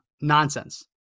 Nonsense